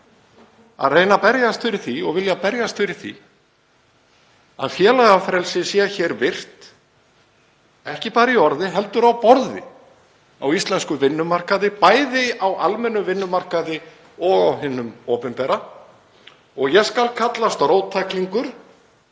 að reyna og vilja berjast fyrir því að félagafrelsið sé hér virt, ekki bara í orði heldur á borði á íslenskum vinnumarkaði, bæði á almennum vinnumarkaði og hinum opinbera. Ég skal kallast róttæklingur